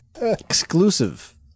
Exclusive